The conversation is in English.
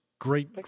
Great